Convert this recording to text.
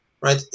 right